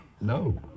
No